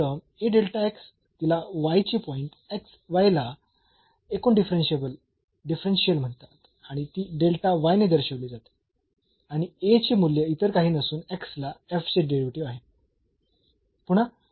आणि ही term A तिला y चे पॉइंट ला एकूण डिफरन्शियल म्हणतात आणि ती डेल्टा y ने दर्शविली जाते आणि चे मूल्य इतर काही नसून x ला चे डेरिव्हेटिव्ह आहे